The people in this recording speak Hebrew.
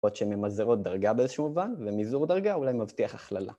עוד שממזערות דרגה באיזשהו מובן, ומזעור דרגה אולי מבטיח הכללה.